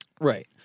Right